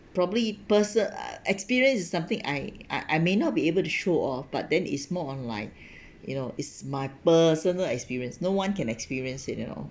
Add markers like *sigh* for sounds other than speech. probably perso~ uh experience is something I I may not be able to show off but then is more on like *breath* you know is my personal experience no one can experience you know